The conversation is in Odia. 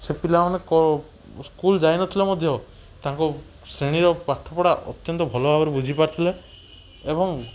ସେ ପିଲାମାନେ କେଉଁ ସ୍କୁଲ ଯାଇନଥିଲେ ମଧ୍ୟ ତାଙ୍କୁ ଶ୍ରେଣୀର ପାଠପଢ଼ା ଅତ୍ୟନ୍ତ ଭଲଭାବରେ ବୁଝିପାରୁଥିଲେ ଏବଂ